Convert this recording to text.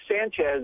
Sanchez